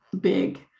big